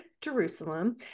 Jerusalem